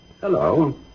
Hello